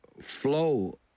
flow